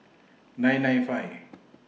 nine nine five